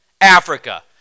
Africa